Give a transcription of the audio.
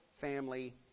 family